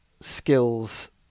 skills